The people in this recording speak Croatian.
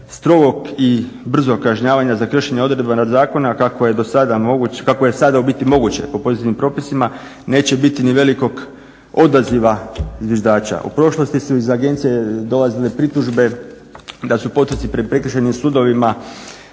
strogog i brzog kažnjavanja za kršenje odredba zakona kako je do sada moguć, kako je do sada ubiti moguće po pozitivnim propisima, neće biti ni velikog odaziva zviždača. U prošlosti su iz agencije dolazile pritužbe da su postupci pred prekršajnim sudovima